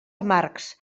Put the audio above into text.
amargs